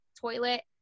toilet